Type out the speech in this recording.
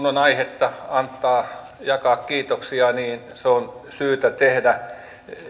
on aihetta antaa ja jakaa kiitoksia niin se on syytä tehdä